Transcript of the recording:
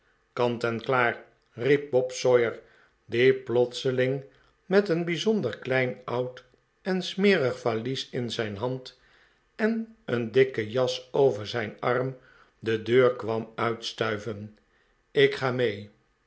kant en klaar riep bob sawyer die plotseling met een bijzonder klein oud en smerig valies in zijn hand en een dikke jas over zijn arm de deur kwam uitstuiven ik ga mee